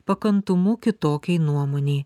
pakantumu kitokiai nuomonei